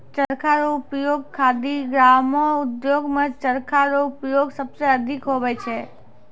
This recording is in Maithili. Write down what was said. चरखा रो उपयोग खादी ग्रामो उद्योग मे चरखा रो प्रयोग सबसे अधिक हुवै छै